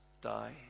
die